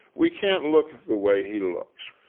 we can't look the way he looks.